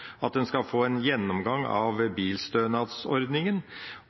at en skal få en gjennomgang av